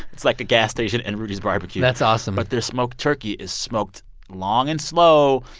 it's like a gas station and rudy's bar-b-q that's awesome but their smoked turkey is smoked long and slow,